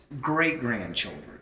great-grandchildren